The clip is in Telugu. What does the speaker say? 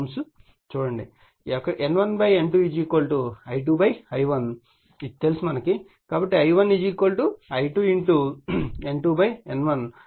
చూడండి N1 N2 I2 I1 ఇది తెలుసు కాబట్టి I1 I2 N2 N1